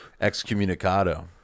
excommunicado